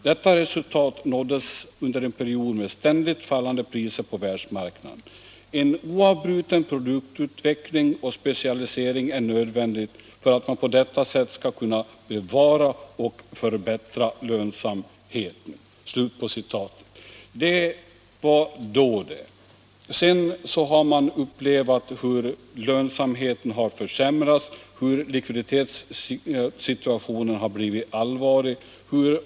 Detta resultat nåddes under en period med ständigt fallande priser på världsmarknaden. En oavbruten produktutveckling och specialisering är nödvändig för att man på detta sätt skall kunna bevara och förbättra lönsamheten.” Det var då, det. Sedan har bolaget upplevt hur lönsamheten försämrats och hur likviditetssituationen blivit allvarlig.